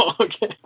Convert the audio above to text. Okay